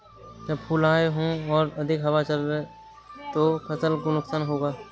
जब फूल आए हों और अधिक हवा चले तो फसल को नुकसान होगा?